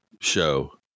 show